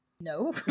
No